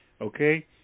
okay